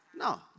No